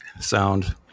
sound